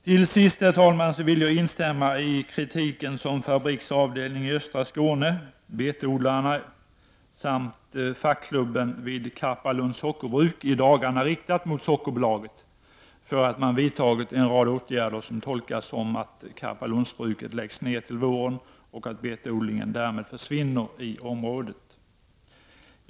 Till sist, herr talman, vill jag instämma i kritiken som Fabriks avdelning i östra Skåne, betodlarna samt fackklubben vid Karpalunds sockerbruk i dagarna riktar mot Sockerbolaget för att företaget vidtagit en rad åtgärder som tolkats som att Karpalundsbruket läggs ned till våren, vilket medför att betodlingen försvinner i området.